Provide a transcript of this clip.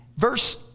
verse